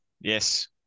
yes